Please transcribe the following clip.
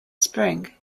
spring